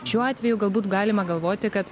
šiuo atveju galbūt galima galvoti kad